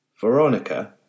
Veronica